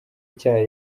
icya